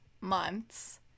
months